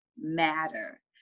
matter